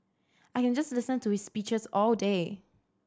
I can just listen to his speeches all day